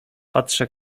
patrzę